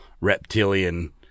reptilian